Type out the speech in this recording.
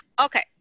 okay